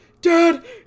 Dad